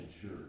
sure